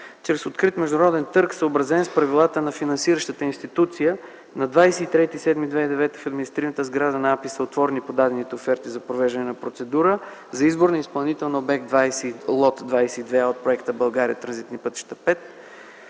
Чрез открит международен търг, съобразен с правилата на финансиращата институция, на 23 юли 2009 г. в административната сграда на АПИ са отворени подадените оферти за провеждане на процедура за избор на изпълнител на обект 20 – ЛОТ 22а от проекта „България – Транзитни пътища V”